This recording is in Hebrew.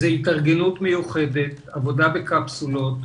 זו התארגנות מיוחדת, עבודה בקפסולות.